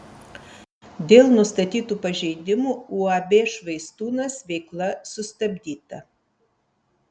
dėl nustatytų pažeidimų uab švaistūnas veikla sustabdyta